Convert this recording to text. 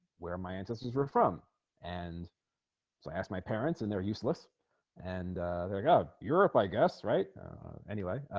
where my ancestors were from and so i asked my parents and they're useless and they're go europe i guess right anyway